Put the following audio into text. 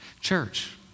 church